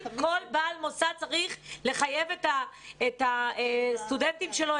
כל בעל מוסד צריך לחייב את הסטודנטים שלו,